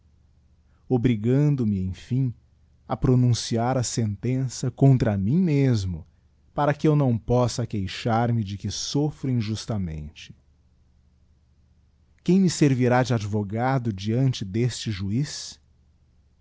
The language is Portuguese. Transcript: vergonhosas obrigando me em fim a pronunciar a sentença contra mim mesmo para que eu não possa queixar-me de que soflfro injustamente quem me servirá de advogado diante deste juiz